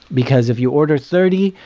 because if you order thirty,